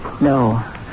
No